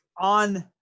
On –